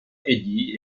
eddy